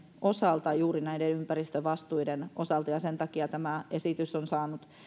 osalta juuri näiden ympäristövastuiden osalta ja sen takia tämä esitys on saanut